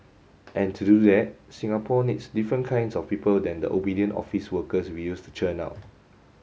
and to do that Singapore needs different kinds of people than the obedient office workers we used to churn out